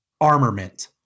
armament